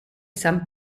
san